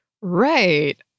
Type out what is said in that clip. Right